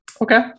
Okay